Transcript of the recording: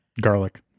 Garlic